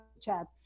chat